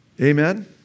Amen